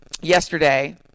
yesterday